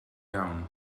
iawn